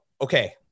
okay